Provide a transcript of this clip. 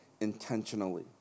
intentionally